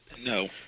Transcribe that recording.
No